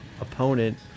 opponent